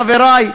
חברי,